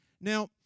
Now